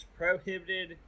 prohibited